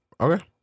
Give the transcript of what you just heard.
Okay